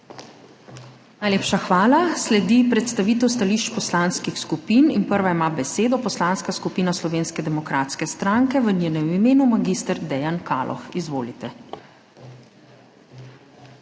Najlepša hvala. Sledi predstavitev stališč poslanskih skupin. Prva ima besedo Poslanska skupina Slovenske demokratske stranke, v njenem imenu mag. Dejan Kaloh. Izvolite.